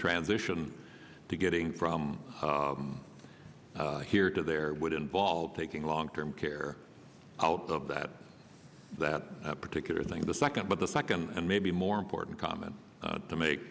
transition to getting from here to there would involve taking long term care out of that that particular thing the second but the second and maybe more important comment to make